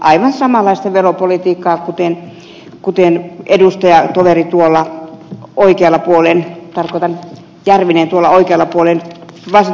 aivan samanlaista veropolitiikkaa kuten edustajatoveri järvinen tuolla oikealla puolen vihreällä puolella kertoi